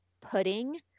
pudding